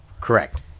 Correct